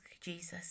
Jesus